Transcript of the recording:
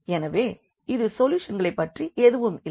எனவே இது சொல்யூஷனைப் பற்றி எதுவும் இல்லை